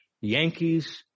Yankees